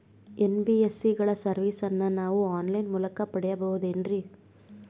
NBSC ಗಳ ಸರ್ವಿಸನ್ನ ನಾವು ಆನ್ ಲೈನ್ ಮೂಲಕ ಪಡೆಯಬಹುದೇನ್ರಿ?